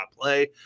play